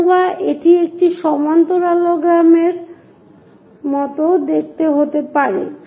অথবা এটি একটি সমান্তরালগ্রামের মতোও দেখতে হতে পারে